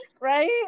Right